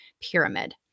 Pyramid